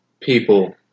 people